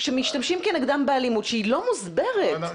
שמשתמשים כנגדם באלימות שהיא לא מוסברת.